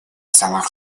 целых